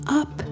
up